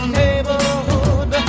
neighborhood